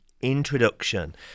introduction